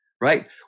right